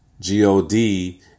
G-O-D